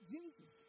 Jesus